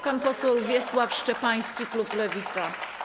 Pan poseł Wiesław Szczepański, klub Lewica.